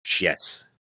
Yes